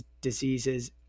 diseases